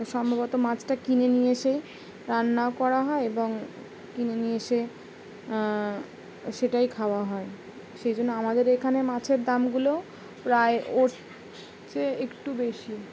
সম্ভবত মাছটা কিনে নিয়ে এসেই রান্না করা হয় এবং কিনে নিয়ে এসে সেটাই খাওয়া হয় সেই জন্য আমাদের এখানে মাছের দামগুলোও প্রায় ওটু বেশি